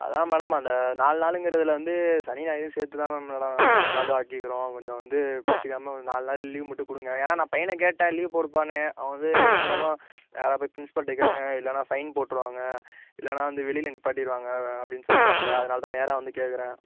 அதுதான் மேடம் அந்த நாலு நாளுங்கிறதில் வந்து சனி ஞாயிறும் சேர்த்து தான் மேடம் நாலு நாள் ஆக்கியிக்கிறோம் கொஞ்சம் வந்து கோபிச்சுக்காம ஒரு நாலு நாள் லீவு மட்டும் கொடுங்க ஏன்னால் நான் பையனை கேட்டேன் லீவு போடுப்பானு அவன் வந்து ஏதா இருந்தாலும் நேரா போயி ப்ரின்ஸ்பல்ட்ட கேளுங்க இல்லைன்னா ஃபைன் போட்டிருவாங்க இல்லைனா வந்து வெளியில் நிப்பாட்டிருவாங்க அப்படின்னு சொல்லுறாப்ல அதனால தான் நேராக வந்து கேக்கறேன்